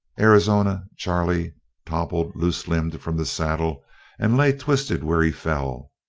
arizona charley toppled loose-limbed from the saddle and lay twisted where he fell,